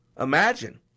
Imagine